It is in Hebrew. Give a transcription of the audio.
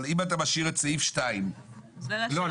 אבל אם אתה משאיר את סעיף 2. לא,